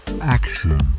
Action